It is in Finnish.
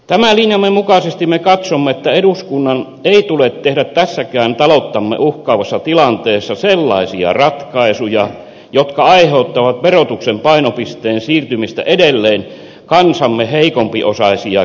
tämän linjamme mukaisesti me katsomme että eduskunnan ei tule tehdä tässäkään talouttamme uhkaavassa tilanteessa sellaisia ratkaisuja jotka aiheuttavat verotuksen painopisteen siirtymistä edelleen kansamme heikompiosaisia kiristävään suuntaan